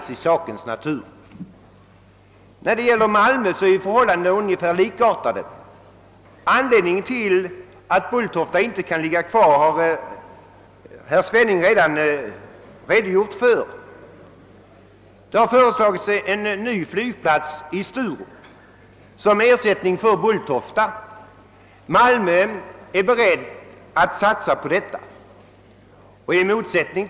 I fråga om Malmö är förhållandena ungefär likartade. Anledningen till att Bulltofta inte kan ligga kvar har herr Svenning redan redogjort för. Man har föreslagit en ny flygplats i Sturup som ersättning för Bulltofta. Malmö är berett att satsa på detta förslag.